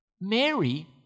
Mary